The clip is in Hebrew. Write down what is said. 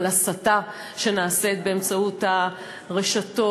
על הסתה שנעשית באמצעות הרשתות.